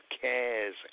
cares